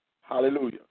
Hallelujah